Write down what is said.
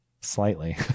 Slightly